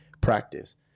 practice